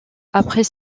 après